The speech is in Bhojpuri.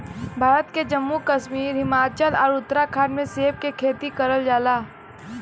भारत के जम्मू कश्मीर, हिमाचल आउर उत्तराखंड में सेब के खेती करल जाला